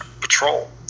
patrol